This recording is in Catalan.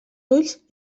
ulls